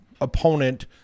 opponent